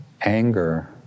anger